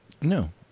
No